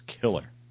killer